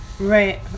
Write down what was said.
Right